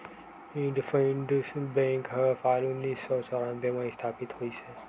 IndusInd bank ह साल उन्नीस सौ चैरानबे म इस्थापित होइस हे